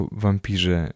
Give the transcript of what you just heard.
wampirze